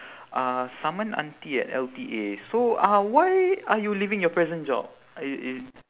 uh saman auntie at L_T_A so uh why are you leaving your present job i~ is